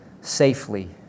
safely